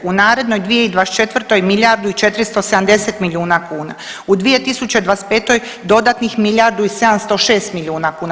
U narednoj 2024. milijardu i 470 milijuna kuna, u 2025. dodatnih milijardu i 706 milijuna kuna.